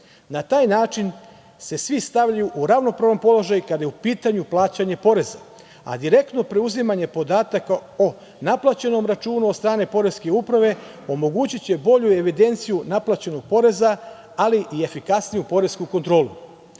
Na taj način se svi stavljaju u ravnopravan položaj kada je u pitanju plaćanje poreza, a direktno preuzimanje podataka o naplaćenom računu od strane poreske uprave omogućiće bolju evidenciju naplaćenog poreza ali i efikasniju poresku kontrolu.